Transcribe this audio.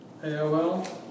AOL